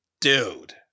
dude